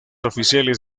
oficiales